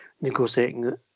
negotiating